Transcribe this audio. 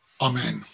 Amen